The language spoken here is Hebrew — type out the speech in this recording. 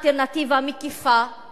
לא נאבקים פוליטית ומקצועית.